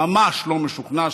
ממש לא משוכנע,